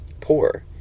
Poor